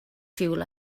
fuel